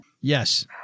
Yes